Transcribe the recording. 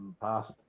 Past